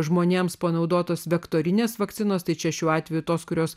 žmonėms panaudotos vektorinės vakcinos tai čia šiuo atveju tos kurios